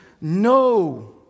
no